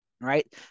right